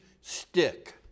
stick